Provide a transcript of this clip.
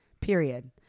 period